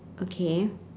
okay